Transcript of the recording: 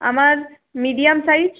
আমার medium size